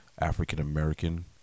african-american